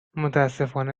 متأسفانه